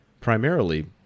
Primarily